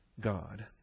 God